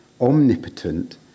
omnipotent